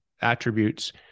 attributes